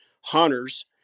hunters